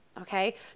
okay